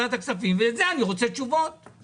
אנחנו בוועדת כספים ובמשרד האוצר נהיה מספיק